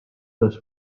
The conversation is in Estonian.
üles